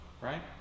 Right